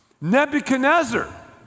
Nebuchadnezzar